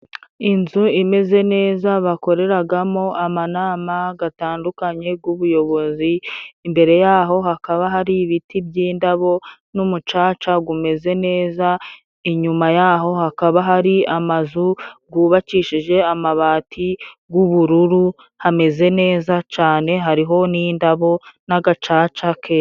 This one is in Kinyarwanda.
Inzu imeze neza, bakoreragamo amanama gatandukanye g'ubuyobozi. Imbere yaho hakaba hari ibiti by'indabo n'umucaca bumeze neza. Inyuma yaho hakaba hari amazu gubakishije amabati g'ubururu hameze neza cane, hariho n'indabo n'agacaca keza.